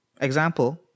example